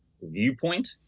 viewpoint